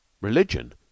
Religion